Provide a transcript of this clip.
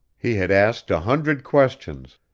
he had asked a hundred questions,